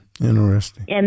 Interesting